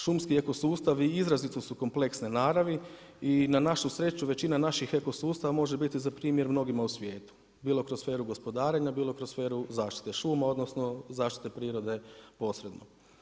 Šumski eko sustavi izrazito su kompleksne naravi i na našu sreću većina naših eko sustava može biti za primjer mnogima u svijetu bilo kroz sferu gospodarenja, bilo kroz sferu zaštite šuma, odnosno zaštite prirode posredno.